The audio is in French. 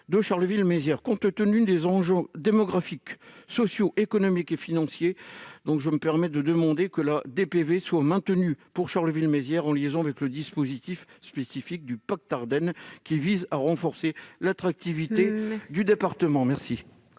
de Charleville-Mézières. Compte tenu des enjeux démographiques, socioéconomiques et financiers, je me permets de demander que la DPV soit maintenue pour Charleville-Mézières en liaison avec le dispositif spécifique du pacte Ardennes, qui vise à renforcer l'attractivité du département. La